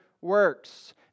works